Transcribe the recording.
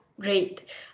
Great